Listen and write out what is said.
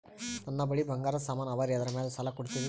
ನನ್ನ ಬಳಿ ಬಂಗಾರ ಸಾಮಾನ ಅವರಿ ಅದರ ಮ್ಯಾಲ ಸಾಲ ಕೊಡ್ತೀರಿ?